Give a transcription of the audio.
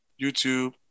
YouTube